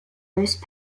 most